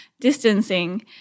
distancing